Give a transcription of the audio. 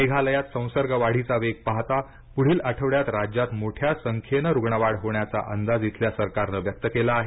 मेघालयात संसर्ग वाढीचा वेग पाहता पुढील आठवड्यात राज्यात मोठ्या संख्येनं रुग्णवाढ होण्याचा अंदाज इथल्या सरकारनं व्यक्त केला आहे